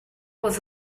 was